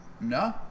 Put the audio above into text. no